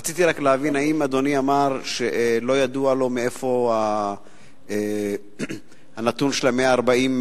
רציתי רק להבין: האם אדוני אמר שלא ידוע לו מאיפה הנתון של ה-140,